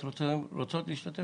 אתן רוצות להשתתף?